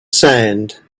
sand